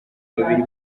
babiri